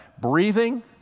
breathing